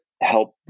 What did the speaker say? help